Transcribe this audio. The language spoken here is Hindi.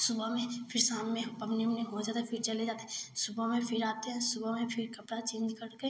सुबह में फिर शाम में पवनी उवनी हो जाता है फिर चले जाते हैं सुबह में फिर आते हैं सुबह में फिर कपड़ा चेंज कर के